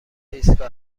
ایستگاه